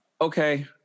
Okay